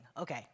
Okay